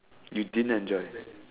you didn't enjoy